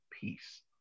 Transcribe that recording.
peace